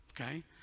okay